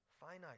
finite